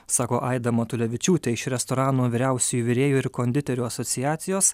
sako aida matulevičiūtė iš restoranų vyriausiųjų virėjų ir konditerių asociacijos